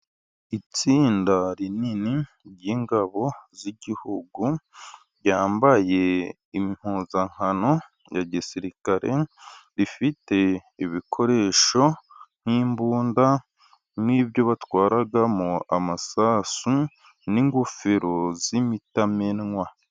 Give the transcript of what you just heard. Itsinda rinini ry'ingabo z'igihugu ryambaye impuzankano ya gisirikare, rifite ibikoresho nk'imbunda n'ibyo batwaramo amasasu ,n'ingofero z'imitamenwa.